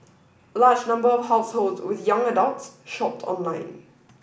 a large number of households with young adults shopped online